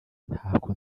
ntako